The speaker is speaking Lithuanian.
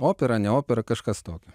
opera ne opera kažkas tokio